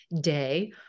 day